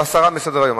או הסרה מסדר-היום,